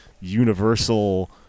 universal